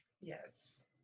Yes